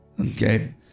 Okay